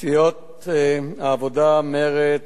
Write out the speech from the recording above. סיעות העבודה, מרצ,